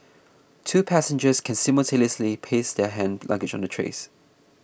two passengers can simultaneously place their hand luggage on the trays